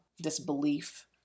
disbelief